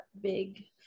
big